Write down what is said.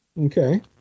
Okay